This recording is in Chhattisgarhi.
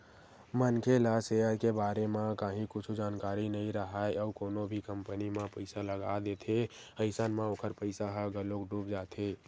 मनखे ला सेयर के बारे म काहि कुछु जानकारी नइ राहय अउ कोनो भी कंपनी म पइसा लगा देथे अइसन म ओखर पइसा ह घलोक डूब जाथे